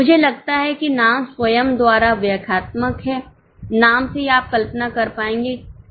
मुझे लगता है कि नाम स्वयं द्वारा व्याख्यात्मक है नाम से ही आप कल्पना कर पाएंगे कि जो निश्चित होगा